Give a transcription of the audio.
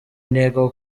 intego